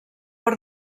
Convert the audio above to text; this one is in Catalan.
per